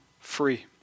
free